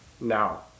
Now